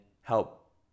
help